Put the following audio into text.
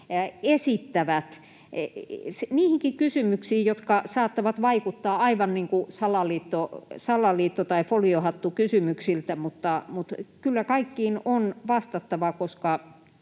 esittävät, niihinkin kysymyksiin, jotka saattavat vaikuttaa aivan niin kuin salaliitto‑ tai foliohattukysymyksiltä. Kyllä kaikkiin on vastattava, koska